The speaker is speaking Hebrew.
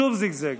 שוב זגזג,